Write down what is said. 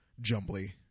jumbly